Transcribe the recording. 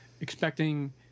expecting